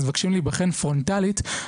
הם מבקשים להיבחן פרונטלית,